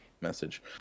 message